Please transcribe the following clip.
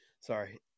Sorry